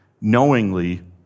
knowingly